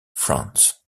franz